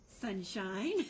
Sunshine